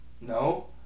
No